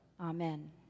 Amen